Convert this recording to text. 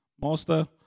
master